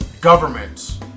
governments